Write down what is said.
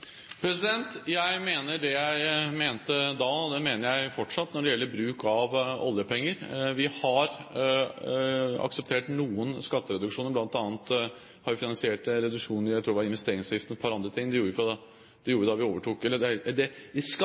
Jeg mener det jeg mente da, det mener jeg fortsatt, når det gjelder bruk av oljepenger. Vi har akseptert noen skattereduksjoner. Blant annet har vi finansiert reduksjoner i – jeg tror det var – investeringsavgiften og et par andre ting. Det gjorde vi da vi overtok. I skatteforliket i 2004 aksepterte vi